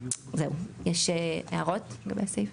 זהו, יש הערות לגבי הסעיף?